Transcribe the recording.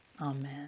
Amen